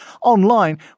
Online